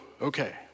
okay